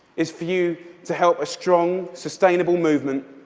is for you to help a strong, sustainable movement